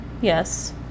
Yes